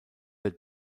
der